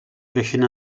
creixent